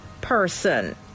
person